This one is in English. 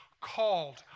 called